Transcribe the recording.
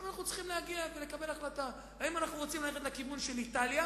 עכשיו אנחנו צריכים לקבל החלטה: האם אנחנו רוצים ללכת בכיוון של איטליה,